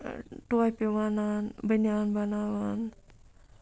ٹوپہِ وۄنان بنیان بَناوان